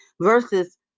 versus